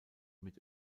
mit